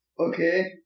Okay